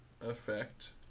effect